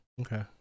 okay